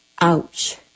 Ouch